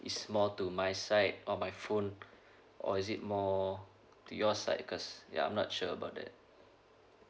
is more to my side or my phone or is it more to yours I guess ya I'm not sure about that